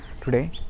today